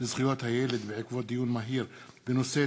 לזכויות הילד בעקבות דיון מהיר בהצעה